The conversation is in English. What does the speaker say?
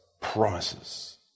promises